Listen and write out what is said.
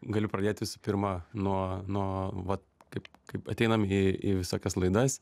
galiu pradėt visų pirma nuo nuo va kaip kaip ateinam į į visokias laidas